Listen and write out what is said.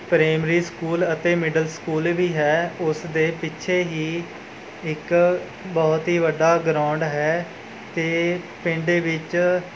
primary school ਅਤੇ middle school ਵੀ ਹੈ ਉਸ ਦੇ ਪਿੱਛੇ ਹੀ ਇੱਕ ਬਹੁਤ ਹੀ ਵੱਡਾ ਗਰਾਊਂਡ ਹੈ ਅਤੇ ਪਿੰਡ ਵਿੱਚ